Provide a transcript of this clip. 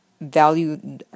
value